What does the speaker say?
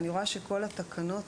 אני רואה שחלק מהתקנות